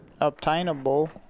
obtainable